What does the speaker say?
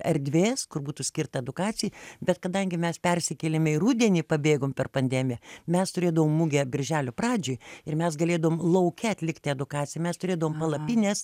erdvės kur būtų skirta edukacijai bet kadangi mes persikėlėme į rudenį pabėgom per pandemiją mes turėdavom mugę birželio pradžioj ir mes galėdavom lauke atlikti edukaciją mes turėdavom palapines